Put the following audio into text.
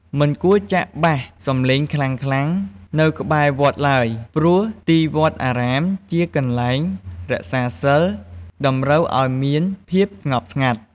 មិនគួរចាក់បាសសំឡេងខ្លាំងៗនៅក្បែរវត្តឡើយ ព្រោះទីវត្តអារាមជាកន្លែងរក្សាសីល តម្រូវឲ្យមានភាពស្ងប់ស្ងាត់។